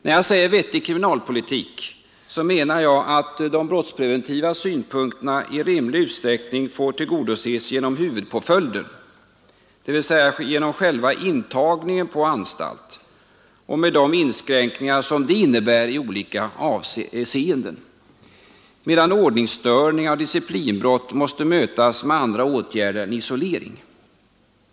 När jag säger ”vettig kriminalpolitik” menar jag att de brottspreventiva synpunkterna i rimlig utsträckning får tillgodoses genom huvudpåföljden, dvs. genom själva intagningen på anstalt med de inskränkningar som den innebär i olika avseenden, medan ordningsstörningar och disciplinbrott måste mötas med andra åtgärder än isolering.